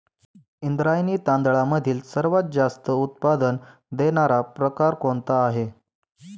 इंद्रायणी तांदळामधील सर्वात जास्त उत्पादन देणारा प्रकार कोणता आहे?